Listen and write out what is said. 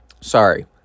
sorry